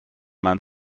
man